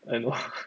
I know